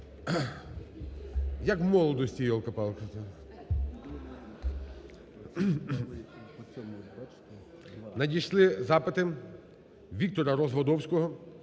Надійшли запити Віктора Развадовського